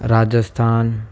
Rajasthan